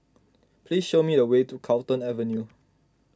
please show me the way to Carlton Avenue